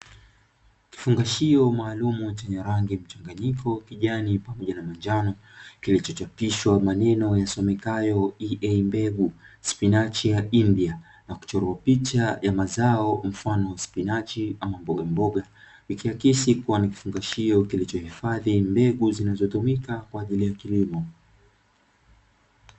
Kifungashio maalumu chenye rangi mchanganyiko kijani pamoja na manjano, kilichochapishwa maneno yasomekayo "EA mbegu spinachi ya hindia" na kuchorwa picha ya mazao mfano wa spinachi ama mbogamboga, ikiakisi kua ni kifungashio kinachohifadhi mbegu zinazotumika kwa ajili ya kilimo.